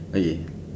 okay